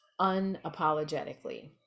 unapologetically